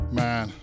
man